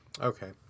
Okay